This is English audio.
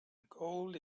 gold